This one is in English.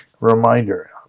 reminder